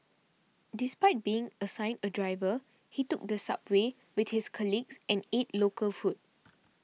despite being assigned a driver he took the subway with his colleagues and ate local food